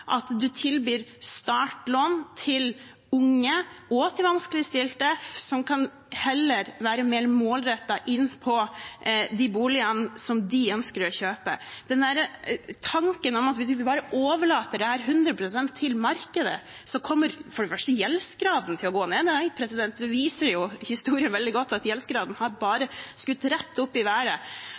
at man tilbyr startlån til unge og til vanskeligstilte som heller kan være mer målrettet inn mot de boligene som de ønsker å kjøpe? Når det gjelder tanken om at hvis man bare overlater dette 100 pst. til markedet, kommer for det første gjeldsgraden til å gå ned: Nei, historien viser veldig godt at da har gjeldsgraden bare skutt rett opp i været,